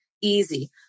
easy